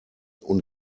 und